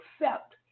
accept